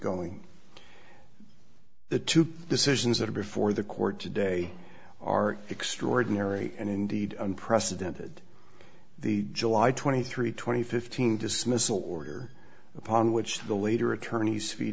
going the to put decisions that are before the court today are extraordinary and indeed unprecedented the july twenty three twenty fifteen dismissal order upon which the later attorneys fee